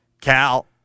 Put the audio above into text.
Cal